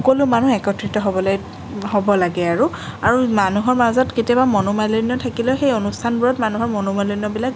সকলো মানুহ একত্ৰিত হ'বলৈ হ'ব লাগে আৰু আৰু মানুহৰ মাজত কেতিয়াবা মনোমালিন্য থাকিলেও সেই অনুষ্ঠানবোৰত মানুহৰ মনোমালিন্যবিলাক